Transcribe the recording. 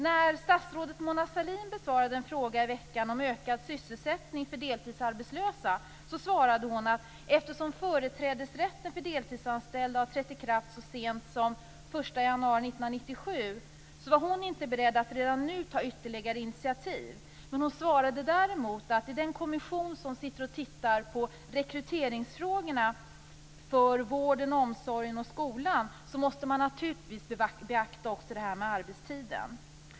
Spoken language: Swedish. När statsrådet Mona Sahlin i veckan besvarade en fråga om ökad sysselsättning för deltidsarbetslösa svarade hon att eftersom företrädesrätten för deltidsanställda har trätt i kraft så sent som den 1 januari 1997 var hon inte beredd att redan nu ta ytterligare initiativ. Hon svarade däremot att man i den kommission som sitter och tittar på rekryteringsfrågorna för vården, omsorgen och skolan naturligtvis också måste beakta det här med arbetstiden.